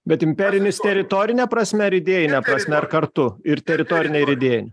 bet imperinis teritorine prasme ar idėjine prasme ar kartu ir teritorine ir idėjine